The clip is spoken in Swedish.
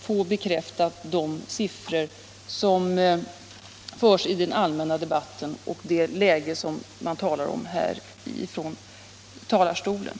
få de siffror som återges i den allmänna debatten bekräftade, och samma sak gäller det läge som skildras från talarstolen.